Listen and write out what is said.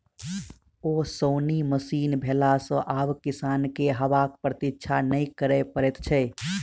ओसौनी मशीन भेला सॅ आब किसान के हवाक प्रतिक्षा नै करय पड़ैत छै